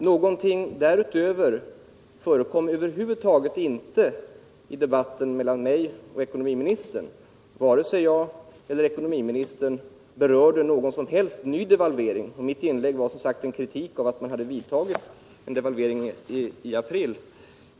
Något därutöver förekom över huvud taget inte i debatten mellan mig och ekonomiministern. Varken jag eller ekonomiministern berörde någon ny delvalvering. Mitt inlägg var som sagt en kritik över att regeringen vidtagit en devalvering i april.